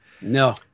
No